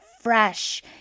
fresh